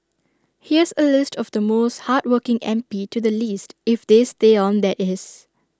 here's A list of the most hardworking M P to the least if they stay on that is